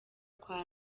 kwa